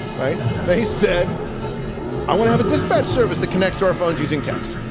they said i want to have a dispatch service that connects to our phones using text.